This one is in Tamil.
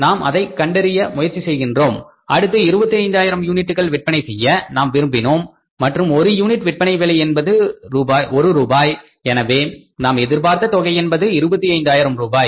நாம் அதை கண்டறிய முயற்சி செய்கின்றோம் அடுத்து 25 ஆயிரம் யூனிட்டுகள் விற்பனை செய்ய நாம் விரும்பினோம் மற்றும் ஒரு யூனிட் விற்பனை விலை என்பது ஒரு ரூபாய் எனவே நாம் எதிர்பார்த்த தொகை என்பது 25 ஆயிரம் ரூபாய்